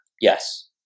Yes